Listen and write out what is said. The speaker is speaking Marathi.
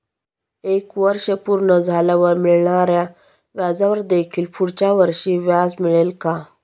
एक वर्ष पूर्ण झाल्यावर मिळणाऱ्या व्याजावर देखील पुढच्या वर्षी व्याज मिळेल का?